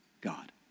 God